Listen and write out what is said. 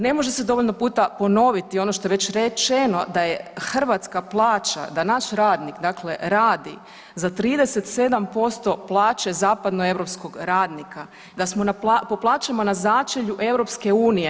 Ne može se dovoljno puta ponoviti ono što je već rečeno da je hrvatska plaća, da naš radnik radi za 37% plaće zapadnoeuropskog radnika, da smo po plaćama na začelju EU.